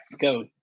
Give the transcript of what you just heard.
go